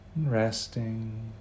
resting